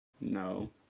No